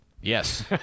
Yes